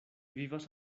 vivas